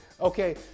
Okay